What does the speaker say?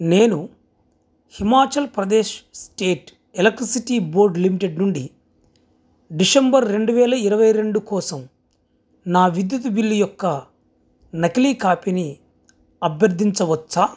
నేను Himachal Pradesh state electricity board limited నుండి December రెండు వేల ఇరవై రెండు కోసం నా విద్యుత్ బిల్లు యొక్క నకిలీ కాపీని అభ్యర్థించవచ్చా